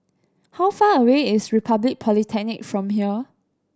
how far away is Republic Polytechnic from here